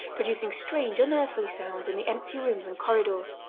producing strange, unearthly sounds in the empty rooms and corridors.